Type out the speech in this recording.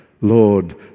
Lord